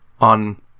on